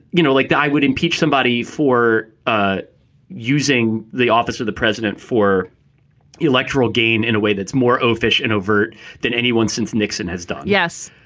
you know, like i would impeach somebody for ah using the office of the president for electoral gain. in a way that's more oafish and overt than anyone since nixon has done. yes.